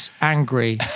angry